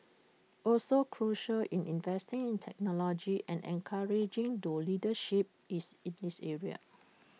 also crucial is investing in technology and encouraging thought leadership is in this area